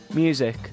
Music